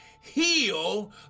heal